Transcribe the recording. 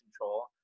control